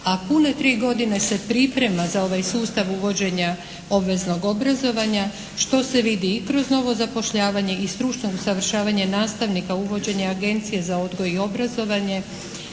A pune tri godine se priprema za ovaj sustav uvođenja obveznog obrazovanja što se vidi i kroz novo zapošljavanje i stručno usavršavanje nastavnika, uvođenje Agencija za odgoj i obrazovanje,